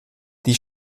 die